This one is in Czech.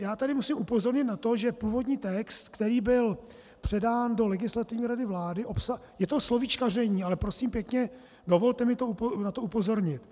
Já tady musím upozornit na to, že původní text, který byl předán do Legislativní rady vlády je to slovíčkaření, ale prosím pěkně, dovolte mi na to upozornit.